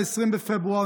20 בפברואר,